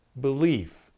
belief